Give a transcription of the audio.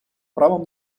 правом